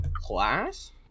class